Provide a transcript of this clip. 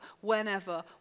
whenever